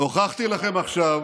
הוכחתי לכם עכשיו